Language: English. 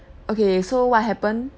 okay so what happen